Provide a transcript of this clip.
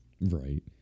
right